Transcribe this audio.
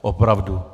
Opravdu.